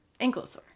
Ankylosaur